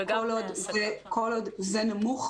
כל עוד זה נמוך,